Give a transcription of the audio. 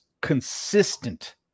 consistent